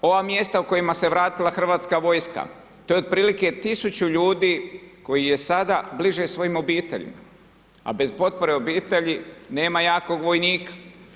Ova mjesta o kojima se vratila Hrvatska vojska, to je otprilike tisuće ljudi koja je sada bliže svojim obiteljima, a bez potpore obitelji nema jakog vojnika.